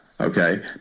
okay